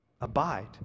Abide